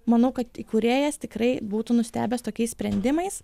manau kad įkūrėjas tikrai būtų nustebęs tokiais sprendimais